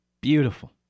Beautiful